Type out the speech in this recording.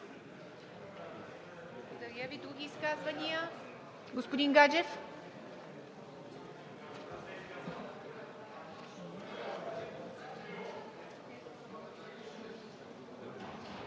Ви. Други изказвания? Господин Гаджев.